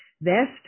vest